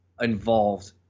involved